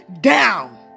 down